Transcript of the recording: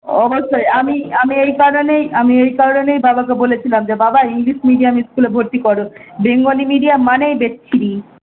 অবশ্যই আমি আমি এই কারণেই আমি এই কারণেই বাবাকে বলেছিলাম যে বাবা এই ইংলিশ মিডিয়াম স্কুলে ভর্তি করো বেঙ্গলি মিডিয়াম মানেই বেচ্ছিরি